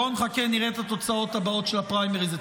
שלא יפרגן לי בטעות,